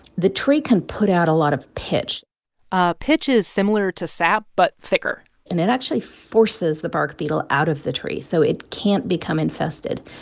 the tree can put out a lot of pitch ah pitch is similar to sap but thicker and it actually forces the bark beetle out of the tree. so it can't become infested.